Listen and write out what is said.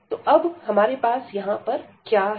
तो अब हमारे पास यहां पर क्या है